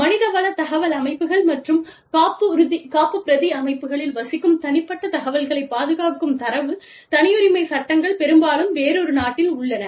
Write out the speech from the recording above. மனிதவள தகவல் அமைப்புகள் மற்றும் காப்புப்பிரதி அமைப்புகளில் வசிக்கும் தனிப்பட்ட தகவல்களைப் பாதுகாக்கும் தரவு தனியுரிமை சட்டங்கள் பெரும்பாலும் வேறொரு நாட்டில் உள்ளன